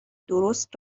درست